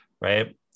right